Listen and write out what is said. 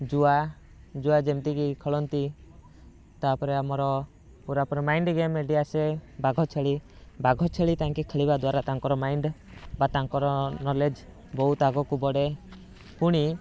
ଜୁଆ ଜୁଆ ଯେମିତି କି ଖେଳନ୍ତି ତାପରେ ଆମର ପୁରାପୁରି ମାଇଣ୍ଡ ଗେମଟି ଆସେ ବାଘ ଛେଳି ବାଘ ଛେଳି ତାଙ୍କେ ଖେଳିବା ଦ୍ୱାରା ତାଙ୍କର ମାଇଣ୍ଡ ବା ତାଙ୍କର ନଲେଜ୍ ବହୁତ ଆଗକୁ ବଢ଼େ ପୁଣି